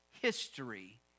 history